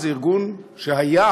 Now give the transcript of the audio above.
זה ארגון שהיה